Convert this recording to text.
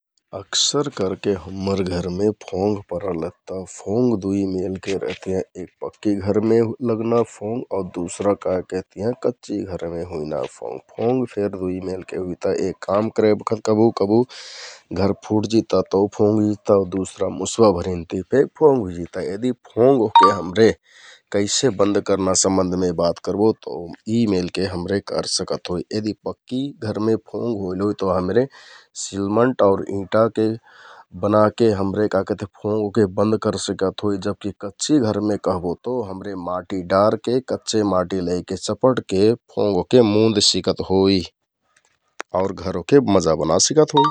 अक्सर करके हम्मर घरमे फोङ्ग परल रहता । फोङ्ग दुइ मेलके रहतियाँ, एक पक्कि घरमे लगना फोङ्ग, दुसरा का केहतियाँ कच्चि घरमे हुइना फोङ्ग । फोङ्ग फेर दुइमे के हुइता काम करे बखत कबु कबु घर फुटजिता तौ फोङ्ग हुइजिता आउ दुसरा मुसवाभरिन ति फेक फोङ्ग हुइजिता । यदि फोङ्ग ओहके हमरे कैसे बन्द करना सम्बन्धमे बात करबो तौ यि मेलके हमरे करसकत होइ । यदि पक्कि घरमे फोङ्ग होइल होइ तौ हमरे सिलमन्ट आउ इँटाके बनाके हमरे काकहतियाँ हमरे फोङ्ग ओहके बन्द करसिकत होइ । जबकि कच्चि घरमे कहबो तौ हमरे माटि डारके कच्चे माटि लैके चपटके फोङ्ग ओहके मुन्द सिकत होइ । आउर घर ओहके मजा बना सिकत होइ ।